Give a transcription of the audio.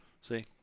See